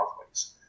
pathways